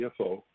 CFO